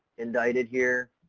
indicted here.